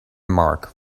mark